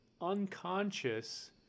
unconscious